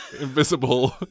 invisible